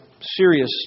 serious